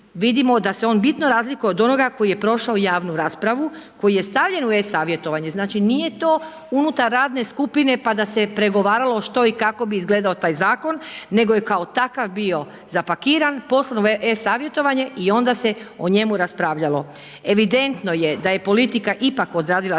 vidimo da se on bitno razlikuje od onoga koji je prošao javnu raspravu, koji je stavljen u e savjetovanje, znači nije to unutar radne skupine pa da se pregovaralo što i kako bi izgledao taj zakon, nego je kao takav bio zapakiran, poslan u e savjetovanje i onda se o njemu raspravljalo. Evidentno je da je politika ipak odradila svoje i